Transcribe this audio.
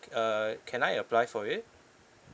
uh can I apply for it